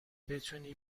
بتونی